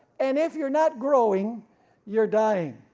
and if you're not growing you're dying.